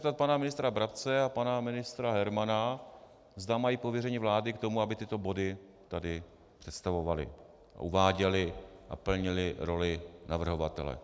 Já se chci zeptat pana ministra Brabce a pana ministra Hermana, zda mají pověření vlády k tomu, aby tyto body tady představovali a uváděli a plnili roli navrhovatele.